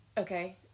Okay